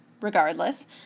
regardless